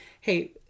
hey